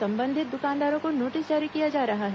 संबंधित दुकानदारों को नोटिस जारी किया जा रहा है